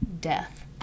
death